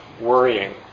worrying